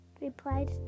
replied